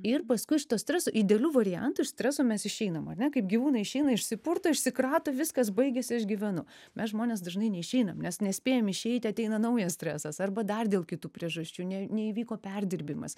ir paskui iš to streso idealiu variantu iš streso mes išeinam ane kaip gyvūnai išeina išsipurto išsikrato viskas baigiasi aš gyvenu mes žmonės dažnai neišeinam nes nespėjam išeiti ateina naujas stresas arba dar dėl kitų priežasčių ne neįvyko perdirbimas